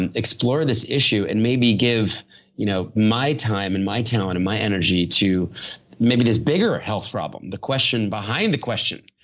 and explore this issue, and maybe give you know my time and my talent and my energy to maybe this bigger health problem. the question behind the question.